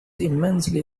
immensely